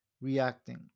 reacting